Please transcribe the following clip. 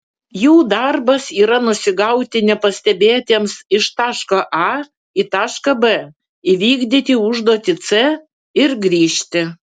jų darbas yra nusigauti nepastebėtiems iš taško a į tašką b įvykdyti užduotį c ir grįžti